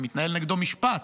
ומתנהל נגדו משפט,